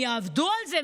הם יעבדו על זה,